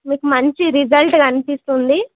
మీకు మంచి రిజల్ట్ కనిపిస్తుంది